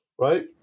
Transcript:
right